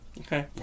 Okay